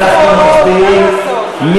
על סעיף 55 אנחנו מצביעים.